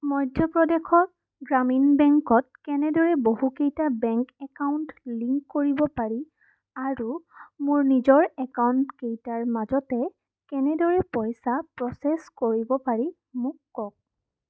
মধ্য প্ৰদেশত গ্ৰামীণ বেংকত কেনেদৰে বহুকেইটা বেংক একাউণ্ট লিংক কৰিব পাৰি আৰু মোৰ নিজৰ একাউণ্টকেইটাৰ মাজতে কেনেদৰে পইচা প্ৰ'চেছ কৰিব পাৰি মোক কওক